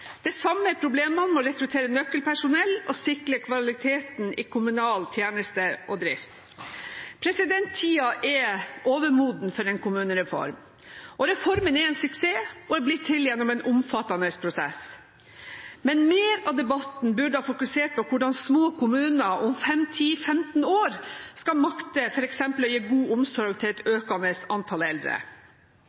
Det samme er problemene med å rekruttere nøkkelpersonell og sikre kvaliteten i kommunal tjeneste og drift. Tida er overmoden for en kommunereform, og reformen er en suksess og er blitt til gjennom en omfattende prosess. Men mer av debatten burde fokusert på hvordan små kommuner om 5, 10 og 15 år skal makte f.eks. å gi god omsorg til et økende antall eldre.